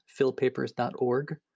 fillpapers.org